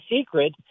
secret